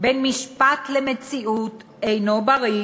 בין משפט ומציאות אינו בריא,